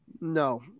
No